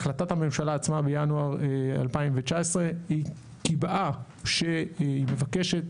החלטת הממשלה עצמה מינואר 2019 קיבעה שהיא מבקשת